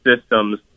systems